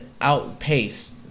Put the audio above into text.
outpace